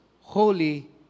holy